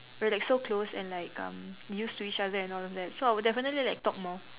we're like so close and like um used to each other and all of that so I will definitely like talk more